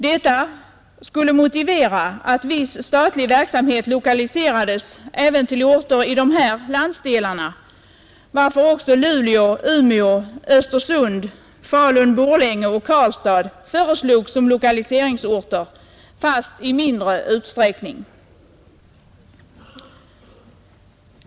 Detta skulle motivera att viss statlig verksamhet lokaliserades även till orter i dessa landsdelar, varför också Luleå, Umeå, Östersund, Falun—Borlänge och Karlstad föreslogs som lokaliseringsorter, fast i mindre utsträckning.